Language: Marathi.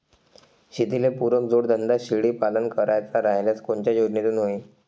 शेतीले पुरक जोडधंदा शेळीपालन करायचा राह्यल्यास कोनच्या योजनेतून होईन?